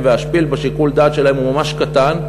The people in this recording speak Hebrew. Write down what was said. וה"שפיל" בשיקול הדעת שלהם הוא ממש קטן.